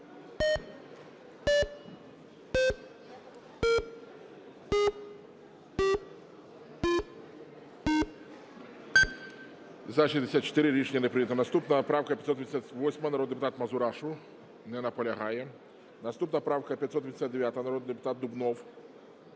За-64 Рішення не прийнято. Наступна правка 588, народний депутат Мазурашу. Не наполягає. Наступна правка 589, народний депутат Дубнов.